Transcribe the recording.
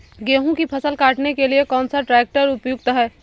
गेहूँ की फसल काटने के लिए कौन सा ट्रैक्टर उपयुक्त है?